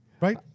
Right